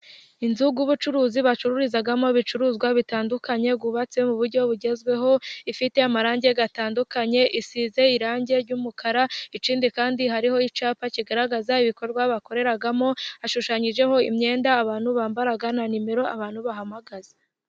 Inzu y'ubucuruzi bacururizamo ibicuruzwa bitandukanye yubatse mu buryo bugezweho, ifite amarangi atandukanye isize irangi ry'umukara, ikindi kandi hariho icyapa kigaragaza ibikorwa bakoreramo, hashushanyijeho imyenda abantu bambara na nimero abantu bahamagaza.